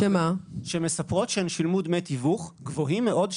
העובדות האלה מספרות שהן שילמו דמי תיווך גבוהים מאוד,